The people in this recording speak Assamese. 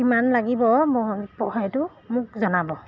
কিমান লাগিব মই সেইটো মোক জনাব